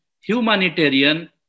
humanitarian